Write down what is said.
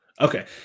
Okay